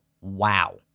Wow